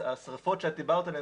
השריפות שאת דיברת עליהם,